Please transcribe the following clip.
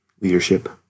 leadership